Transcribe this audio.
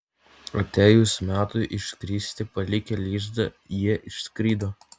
atėjus metui išskristi palikę lizdą jie išskrido